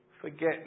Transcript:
Forget